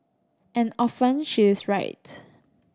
and often she is right